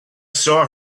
saw